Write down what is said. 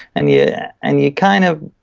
and yeah and you kind of,